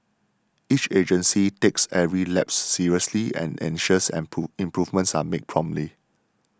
each agency takes every lapse seriously and ensures an prove improvements are made promptly